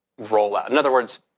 rollout? in other words,